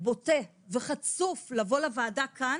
בוטה וחצוף לבוא לוועדה כאן